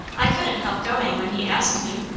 i couldn't help going, when he asked me.